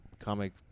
comic